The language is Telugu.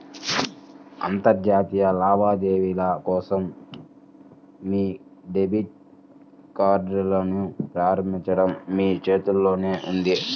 అంతర్జాతీయ లావాదేవీల కోసం మీ డెబిట్ కార్డ్ని ప్రారంభించడం మీ చేతుల్లోనే ఉంది